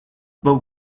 but